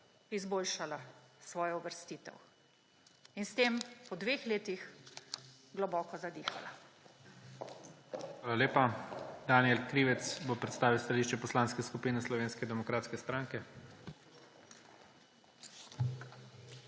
izboljšala svojo uvrstitev. In s tem po dveh letih globoko zadihala.